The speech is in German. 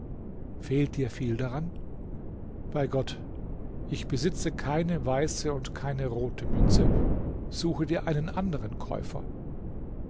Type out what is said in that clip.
fehlt dir viel daran bei gott ich besitze keine weiße und keine rote münze suche dir einen anderen käufer